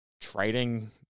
trading